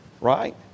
Right